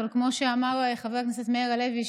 אבל כמו שאמר חבר הכנסת מאיר לוי,